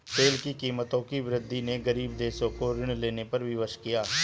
तेल की कीमतों की वृद्धि ने गरीब देशों को ऋण लेने पर विवश किया